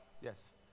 Yes